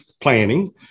planning